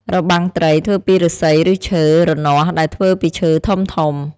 របាំងត្រី ធ្វើពីឫស្សីឬឈើ រនាស់ ដែលធ្វើពីឈើធំៗ។